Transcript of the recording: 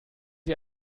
sie